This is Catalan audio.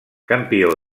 campió